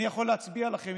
אני יכול להצביע לכם,